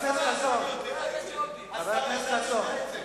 חבר הכנסת חסון.